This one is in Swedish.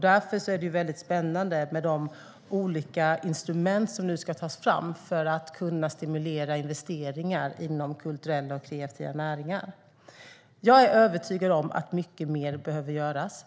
Därför är det spännande med de olika instrument som nu ska tas fram för att kunna stimulera investeringar inom kulturella och kreativa näringar. Jag är övertygad om att mycket mer behöver göras.